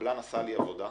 וקבלן עשה לי עבודה,